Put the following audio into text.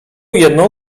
jedną